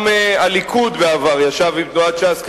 גם הליכוד בעבר ישב עם תנועת ש"ס,